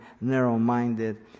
narrow-minded